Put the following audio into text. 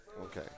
Okay